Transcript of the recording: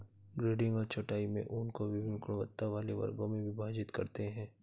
grading और छँटाई में ऊन को वभिन्न गुणवत्ता वाले वर्गों में विभाजित करते हैं